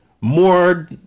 more